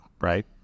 right